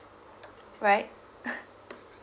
right